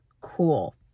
Cool